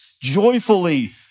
joyfully